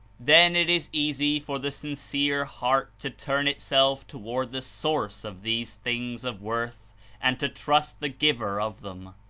then it is easy for the sincere heart to turn itself toward the source of these things of worth and to trust the giver of them.